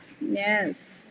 Yes